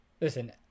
Listen